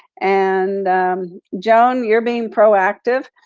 and joan, you're being proactive,